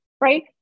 Right